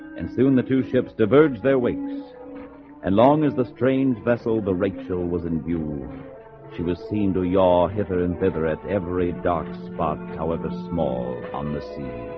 and soon the two ships diverged their weeks and long as the strange vessel the rachel was imbued she was seen to your hither and thither at every dark spot. however, small on the sea